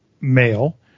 male